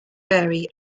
vary